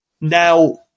Now